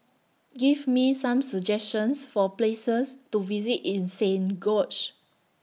Give Me Some suggestions For Places to visit in Saint George's